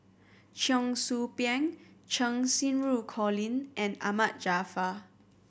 Cheong Soo Pieng Cheng Xinru Colin and Ahmad Jaafar